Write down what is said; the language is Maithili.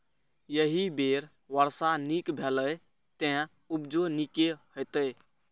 एहि बेर वर्षा नीक भेलैए, तें उपजो नीके हेतै